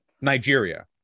Nigeria